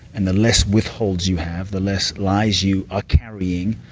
and the less withholds you have, the less lies you are carrying,